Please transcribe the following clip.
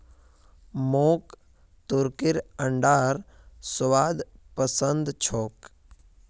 मोक तुर्कीर अंडार स्वाद पसंद छोक